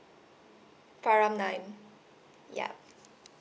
praram nine ya